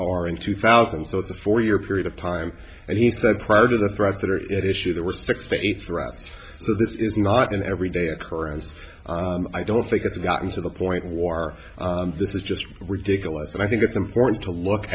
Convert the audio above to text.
are in two thousand so it's a four year period of time and he said part of the threats that are at issue there were sixty eight for us so this is not an everyday occurrence i don't think it's gotten to the point of war this is just ridiculous and i think it's important to look